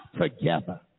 Together